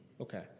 okay